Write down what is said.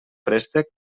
préstec